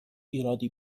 ایرادی